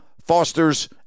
fosters